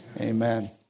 amen